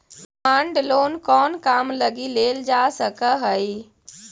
Demand loan कउन काम लगी लेल जा सकऽ हइ?